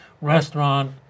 restaurant